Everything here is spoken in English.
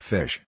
Fish